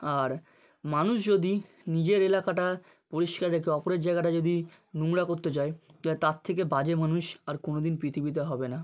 আর মানুষ যদি নিজের এলাকাটা পরিষ্কার রেখে অপরের জায়গাটা যদি নোংরা করতে যায় তার থেকে বাজে মানুষ আর কোনো দিন পৃথিবীতে হবে না